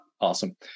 Awesome